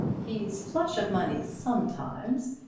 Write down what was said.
he's flush of money sometimes,